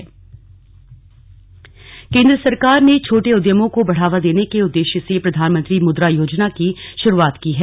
मुद्रा योजना केंद्र सरकार ने छोटे उद्यमों को बढ़ावा देने के उददेश्य से प्रधानमंत्री मुद्रा योजना की शुरूआत की है